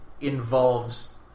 involves